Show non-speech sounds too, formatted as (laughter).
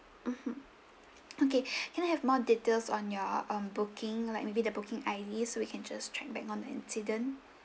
mmhmm okay (breath) can I have more details on your um booking like maybe the booking I_D so we can just track back on the incident